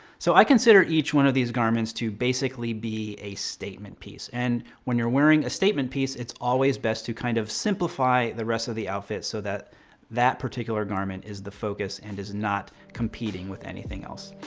so i consider each one of these garments to basically be a statement piece. and when you're wearing a statement piece it's always best to kind of simplify the rest of the outfit so that that particular garment is the focus and is not competing with anything else.